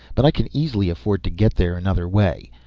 but i can easily afford to get there another way.